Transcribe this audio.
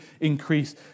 increase